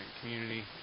Community